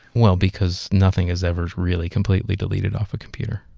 well, because nothing is ever really completely deleted off a computer.